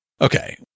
Okay